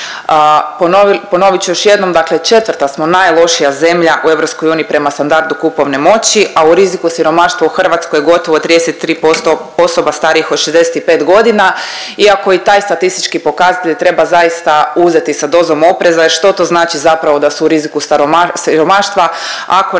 Ponovit ću još jednom, dakle četvrta smo najlošija zemlja u EU prema standardu kupovne moći, a u riziku od siromaštva u Hrvatskoj gotovo 33% osoba starijih od 65 godina, iako i taj statistički pokazatelj treba zaista uzeti sa dozom opreza i što to znači da su zapravo u riziku od siromaštva ako